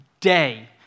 day